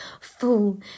Fool